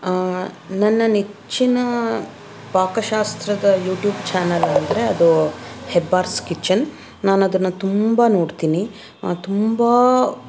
ನನ್ನ ನೆಚ್ಚಿನ ಪಾಕಶಾಸ್ತ್ರದ ಯೂಟ್ಯೂಬ್ ಚಾನಲ್ ಅಂದರೆ ಅದು ಹೆಬ್ಬಾರ್ಸ್ ಕಿಚನ್ ನಾನು ಅದನ್ನು ತುಂಬ ನೋಡ್ತೀನಿ ತುಂಬ